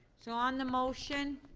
so on the motion,